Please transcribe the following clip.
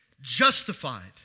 justified